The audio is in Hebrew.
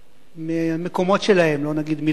מהמקומות שלהם לא נגיד מלה אחרת,